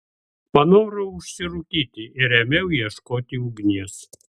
panorau užsirūkyti ir ėmiau ieškoti ugnies